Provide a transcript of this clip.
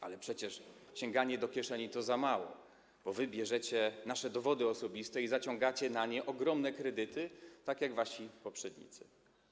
Ale przecież sięganie do kieszeni to za mało, bo wy bierzecie nasze dowody osobiste i zaciągacie na nie ogromne kredyty, tak jak wasi poprzednicy.